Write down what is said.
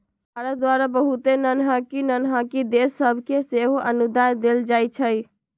भारत द्वारा बहुते नन्हकि नन्हकि देश सभके सेहो अनुदान देल जाइ छइ